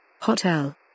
Hotel